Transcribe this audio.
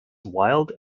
wilde